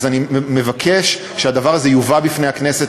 אז אני מבקש שהדבר הזה יובא בפני הכנסת,